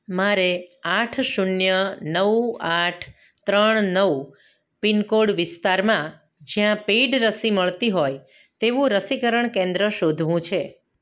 મારે આઠ શૂન્ય નવ આઠ ત્રણ નવ પિનકોડ વિસ્તારમાં જ્યાં પેઇડ રસી મળતી હોય તેવું રસીકરણ કેન્દ્ર શોધવું છે